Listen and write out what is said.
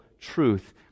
truth